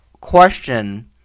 question